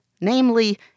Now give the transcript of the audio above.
namely